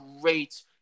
great